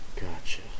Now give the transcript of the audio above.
Gotcha